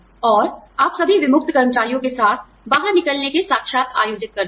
और आप सभी विमुक्त कर्मचारियों के साथ बाहर निकलने के साक्षात्कार आयोजित करते हैं